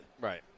Right